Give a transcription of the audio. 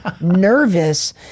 nervous